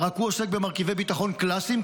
רק הוא עוסק במרכיבי ביטחון קלאסיים,